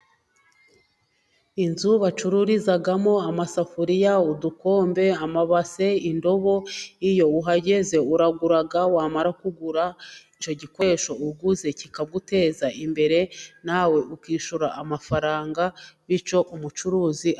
Inzu bacururizamo amasafuriya，udukombe， amabase， indobo. Iyo uhageze， uragura wamara kugura ，icyo gikoresho uguze kikaguteza imbere， nawe ukishyura amafaranga， bityo umucuruzi..